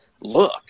look